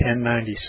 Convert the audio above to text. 1096